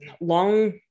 long